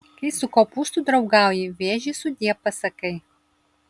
kai su kopūstu draugauji vėžiui sudie pasakai